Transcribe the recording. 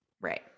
Right